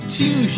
two